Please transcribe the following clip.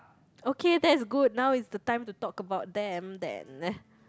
okay that's good now is the time to talk about them than